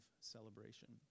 celebration